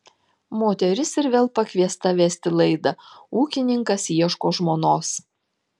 moteris ir vėl pakviesta vesti laidą ūkininkas ieško žmonos